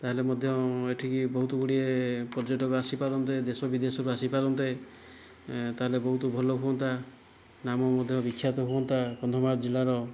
ତାହେଲେ ମଧ୍ୟ ଏଠିକି ବହୁତ ଗୁଡ଼ିଏ ପର୍ଯ୍ୟଟକ ଆସିପାରନ୍ତେ ଦେଶ ବିଦେଶରୁ ଆସିପାରନ୍ତେ ତାହେଲେ ବହୁତ ଭଲ ହୁଅନ୍ତା ନାମ ମଧ୍ୟ ବିଖ୍ୟାତ ହୁଅନ୍ତା କନ୍ଧମାଳ ଜିଲ୍ଲାର